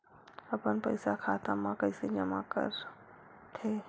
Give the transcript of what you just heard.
अपन पईसा खाता मा कइसे जमा कर थे?